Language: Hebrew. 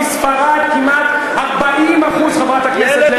ובספרד כמעט 40%, חברת הכנסת לוי.